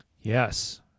Yes